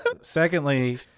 secondly